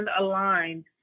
aligned